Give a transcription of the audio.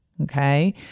Okay